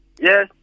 Yes